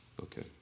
Okay